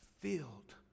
filled